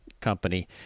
company